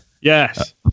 Yes